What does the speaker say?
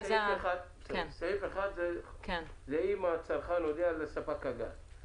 סעיף 1 זה אם הצרכן הודיע לספק הגז.